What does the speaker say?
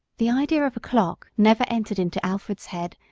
the idea of a clock never entered into alfred's head,